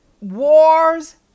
wars